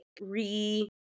re